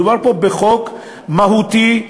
מדובר פה בחוק מהותי,